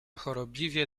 chorobliwie